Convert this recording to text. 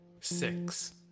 six